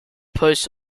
post